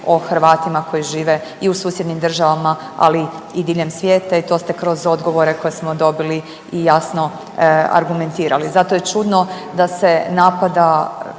o Hrvatima koji žive i u susjednim državama, ali i diljem svijeta i to ste kroz odgovore koje smo dobili i jasno argumentirali. Zato je čudno da se napada